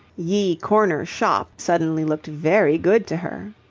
ye corner shoppe suddenly looked very good to her.